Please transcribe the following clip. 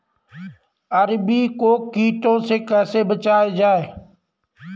अरबी को कीटों से कैसे बचाया जाए?